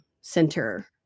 center